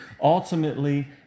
Ultimately